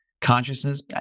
consciousness